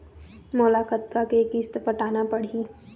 मोला कतका के किस्त पटाना पड़ही?